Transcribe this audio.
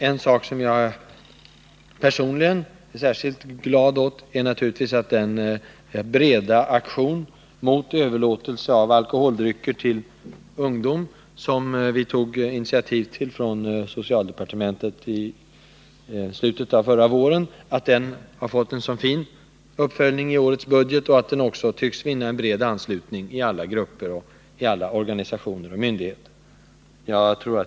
En sak som jag personligen är särskilt glad åt är naturligtvis att den breda aktion mot överlåtelse av alkoholdrycker till ungdom, som vi tog initiativet till från socialdepartementets sida i slutet av förra våren, har fått en så fin uppföljning i årets budget och att den också tycks vinna bred anslutning inom alla grupper, organisationer och myndigheter.